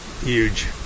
huge